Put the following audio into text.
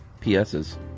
PSs